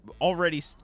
already